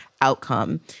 outcome